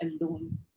alone